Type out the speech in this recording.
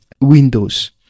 Windows